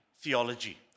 theology